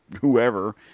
whoever